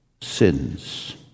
sins